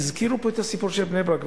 הזכירו פה באמת את הסיפור של בני-ברק,